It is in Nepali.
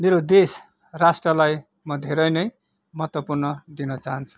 मेरो देश राष्ट्रलाई म धेरै नै महत्त्वपूर्ण दिन चाहन्छु